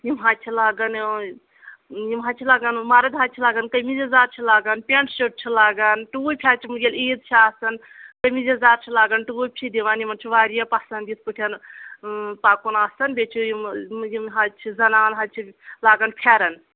یِم حظ چھِ لاگَن یِم حظ چھِ لاگَان مَرٕد حظ چھِ لاگَان کٔمیٖز یَزار چھِ لاگَان پٮ۪نٛٹ شٲٹ چھِ لاگَان ٹوٗپۍ حظ چھِ یِم ییٚلہِ عیٖد چھَ آسان کٔمیٖز یَزار چھِ لاگَان ٹوٗپۍ چھِ دِوان یِمَن چھِ واریاہ پَسنٛد یِتھ پٲٹھۍ پَکُن وَتھُن بیٚیہِ چھِ یِم یِم حظ چھِ زَنانہٕ حظ چھِ لاگَان پھٮ۪ران